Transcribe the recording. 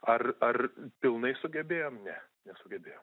ar ar pilnai sugebėjom ne nesugebėjom